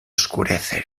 oscurece